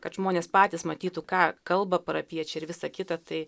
kad žmonės patys matytų ką kalba parapijiečiai ir visa kita tai